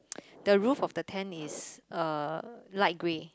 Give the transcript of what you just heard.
the roof of the tent is uh light grey